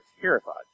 terrified